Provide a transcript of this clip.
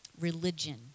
Religion